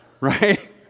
right